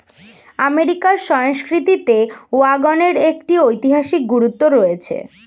আমেরিকার সংস্কৃতিতে ওয়াগনের একটি ঐতিহাসিক গুরুত্ব রয়েছে